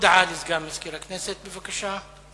הודעה לסגן מזכיר הכנסת, בבקשה.